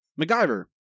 macgyver